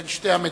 בין שתי המדינות.